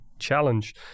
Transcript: challenge